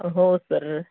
हो सर